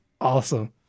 awesome